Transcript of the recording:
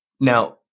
now